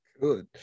Good